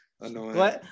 annoying